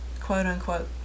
quote-unquote